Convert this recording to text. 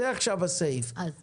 זה הסעיף שאנחנו עוסקים בו עכשיו.